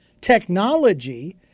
technology